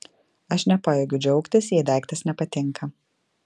aš nepajėgiu džiaugtis jei daiktas nepatinka